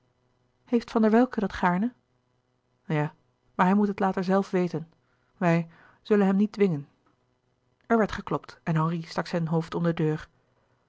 heeft van der welcke dat gaarne ja maar hij moet het later zelf weten wij zullen hem niet dwingen er werd geklopt en henri stak zijn hoofd om de deur